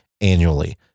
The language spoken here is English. annually